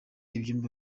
ibyumba